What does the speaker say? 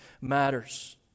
matters